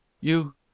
You